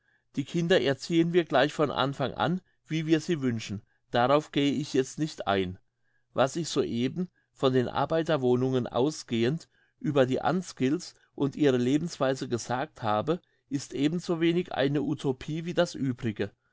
die kinder erziehen wir gleich von anfang an wie wir sie wünschen darauf gehe ich jetzt nicht ein was ich soeben von den arbeiterwohnungen ausgehend über die unskilleds und ihre lebensweise gesagt habe ist ebensowenig eine utopie wie das übrige